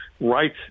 right